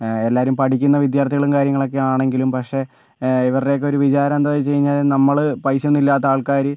എല്ലാവരും പഠിക്കുന്ന വിദ്യാർത്ഥികളും കാര്യങ്ങളൊക്കെ ആണെങ്കിലും പക്ഷെ ഇവരുടെ ഒക്കെ ഒരു വിചാരം എന്താന്ന് വെച്ചാല് നമ്മള് പൈസ ഒന്നും ഇല്ലാത്ത ആൾക്കാര്